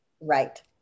Right